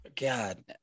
god